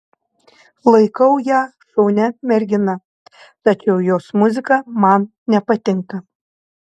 laikau ją šaunia mergina tačiau jos muzika man nepatinka